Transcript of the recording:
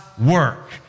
work